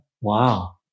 Wow